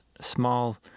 small